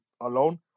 alone